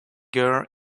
girl